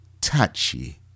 touchy